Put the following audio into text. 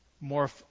more